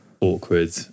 awkward